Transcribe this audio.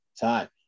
time